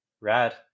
Rad